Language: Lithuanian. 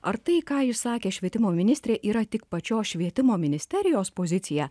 ar tai ką išsakė švietimo ministrė yra tik pačios švietimo ministerijos pozicija